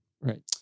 right